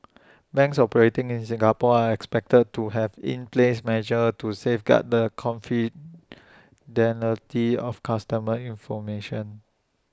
banks operating in Singapore are expected to have in place measures to safeguard the of customer information